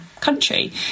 country